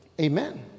Amen